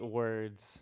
words